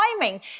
timing